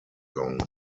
long